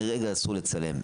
אסור לצלם.